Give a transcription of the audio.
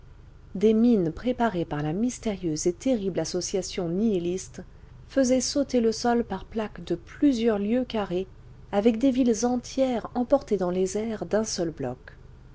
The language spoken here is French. des mines préparées par la mystérieuse et terrible association nihiliste faisaient sauter le sol par plaques de plusieurs lieues carrées avec des villes entières emportées dans les airs d'un seul bloc